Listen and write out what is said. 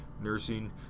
nursing